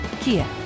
kia